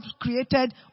created